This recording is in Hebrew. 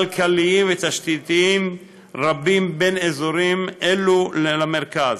כלכליים ותשתיתיים רבים בין אזורים אלו לבין המרכז.